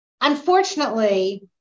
unfortunately